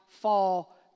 fall